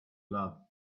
love